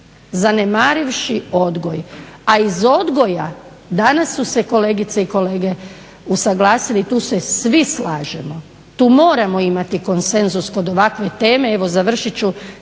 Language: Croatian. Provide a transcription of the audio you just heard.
zanemarivši odgoj, a iz odgoja - danas su se kolegice i kolege usaglasili i tu se svi slažemo – tu moramo imati konsenzus kod ovakve teme,